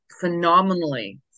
phenomenally